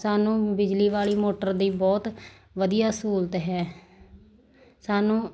ਸਾਨੂੰ ਬਿਜਲੀ ਵਾਲੀ ਮੋਟਰ ਦੀ ਬਹੁਤ ਵਧੀਆ ਸਹੂਲਤ ਹੈ ਸਾਨੂੰ